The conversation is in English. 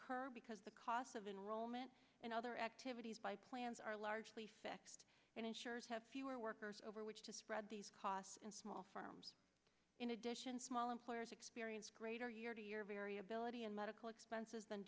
occur because the cost of enroll in other activities by plans are largely fixed and insurers have fewer workers over which to spread these costs in small firms in addition small employers experience greater year to year variability in medical expenses